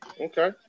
Okay